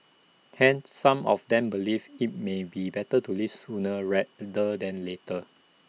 hence some of them believe IT may be better to leave sooner rather than later